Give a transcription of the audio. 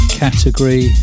category